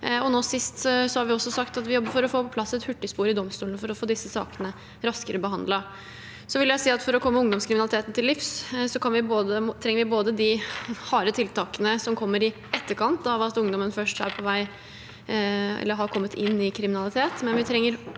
vi også sagt at vi jobber for å få på plass et hurtigspor i domstolene for å få disse sakene raskere behandlet. Så vil jeg si at for å komme ungdomskriminaliteten til livs trenger vi både de harde tiltakene som kommer i etterkant av at ungdommene først har kommet inn i kriminalitet,